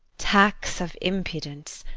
tax of impudence,